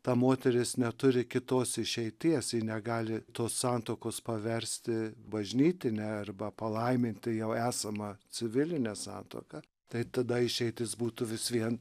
ta moteris neturi kitos išeities ji negali tos santuokos paversti bažnytine arba palaiminti jau esamą civilinę santuoką tai tada išeitis būtų vis vien